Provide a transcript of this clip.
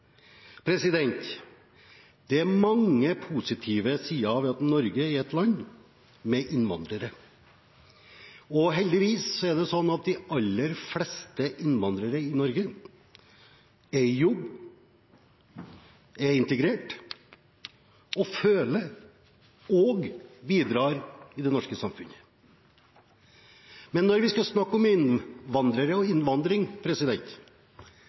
Det er mange positive sider ved at Norge er et land med innvandrere, og heldigvis er det slik at de aller fleste innvandrere i Norge er i jobb, er integrert og bidrar i det norske samfunnet. Men når vi skal snakke om innvandrere og innvandring